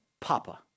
Papa